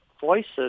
voices